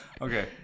Okay